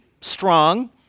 strong